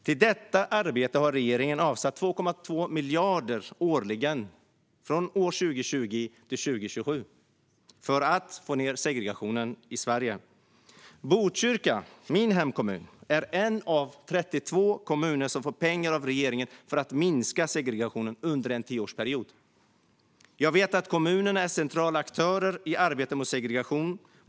Till detta arbete har regeringen avsatt 2,2 miljarder årligen från 2020 till 2027 för att få ned segregationen i Sverige. Min hemkommun Botkyrka är 1 av 32 kommuner som får pengar av regeringen för att minska segregationen under en tioårsperiod. Jag vet att kommunerna är centrala aktörer i arbetet mot segregation.